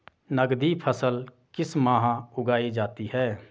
नकदी फसल किस माह उगाई जाती है?